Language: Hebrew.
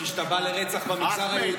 כי כשאתה בא לרצח במגזר היהודי,